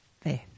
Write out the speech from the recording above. faith